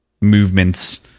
movements